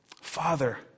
Father